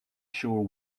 sure